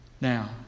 Now